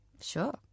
sure